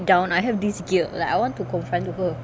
down I have this guilt like I want to confront to her